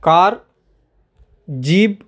car jeep